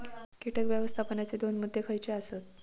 कीटक व्यवस्थापनाचे दोन मुद्दे खयचे आसत?